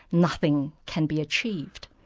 nothing can be achieved.